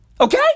Okay